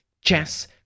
chess